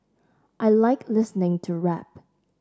I like listening to rap